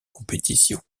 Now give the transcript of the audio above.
compétition